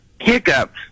hiccups